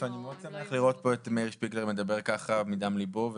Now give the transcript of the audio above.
אני מאוד שמח לראות פה את מאיר שפיגלר מדבר ככה מדם ליבו.